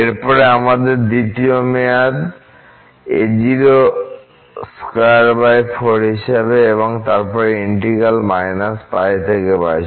এর পরে আমাদের দ্বিতীয় মেয়াদ a024 হিসাবে এবং তারপর ইন্টিগ্র্যাল π থেকে π